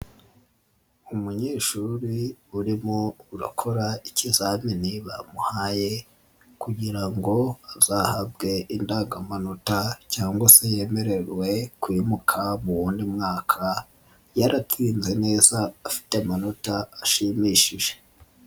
Umunyeshuri urimo urakora ikizamini bamuhaye kugira ngo azahabwe indangamanota cyangwa se yemerwe kwimuka mu wundi mwaka yaratsinze neza afite amanota ashimishije.